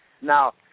Now